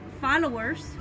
followers